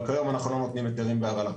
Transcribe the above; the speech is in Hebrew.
אבל כיום אנחנו לא נותנים היתרים בהרעלה.